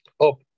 up